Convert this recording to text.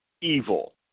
Evil